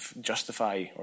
justify